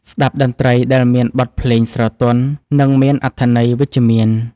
ស្ដាប់តន្ត្រីដែលមានបទភ្លេងស្រទន់ និងមានអត្ថន័យវិជ្ជមាន។